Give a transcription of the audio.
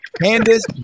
Candace